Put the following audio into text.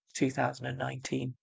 2019